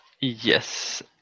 Yes